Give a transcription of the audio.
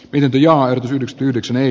pidempi ja yhdeksän ei